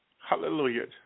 Hallelujah